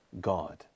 God